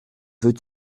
veux